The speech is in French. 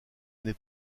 n’est